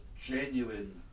genuine